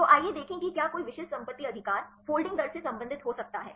तो आइए देखें कि क्या कोई विशिष्ट संपत्ति अधिकार फोल्डिंग दर से संबंधित हो सकता है